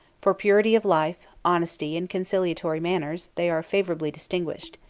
for purity of life, honesty, and conciliatory manners, they are favorably distinguished.